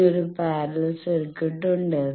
ഇനി ഒരു parallel circuit ഉണ്ട്